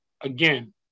again